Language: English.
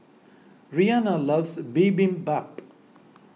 Rianna loves Bibimbap